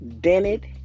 dented